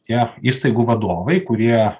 tie įstaigų vadovai kurie